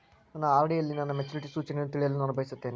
ನನ್ನ ಆರ್.ಡಿ ಯಲ್ಲಿ ನನ್ನ ಮೆಚುರಿಟಿ ಸೂಚನೆಯನ್ನು ತಿಳಿಯಲು ನಾನು ಬಯಸುತ್ತೇನೆ